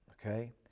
okay